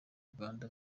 uganda